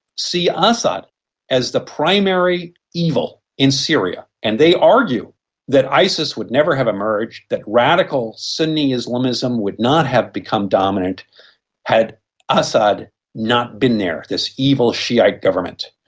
see ah assad as the primary evil in syria, and they argue that isis would never have emerged, that radical sunni islamism would not have become dominant had assad not been there, this evil shi'ite government.